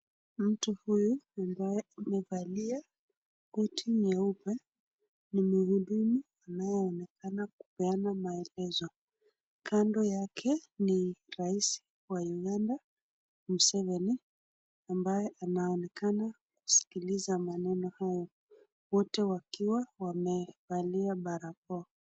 Mtu huyu ambaye amevalia koti nyeupe ni mhudumu anayeonekana kupeana maelezo, kando yake ni rais wa uganda Museveni ambaye anaonekana kusikiliza maneno hayo, wote wakiwa wamevalia barakoa.